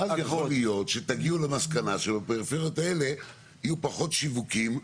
ואז יכול להיות שתגיעו למסקנה שבפריפריות האלה יהיו פחות שיווקים,